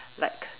like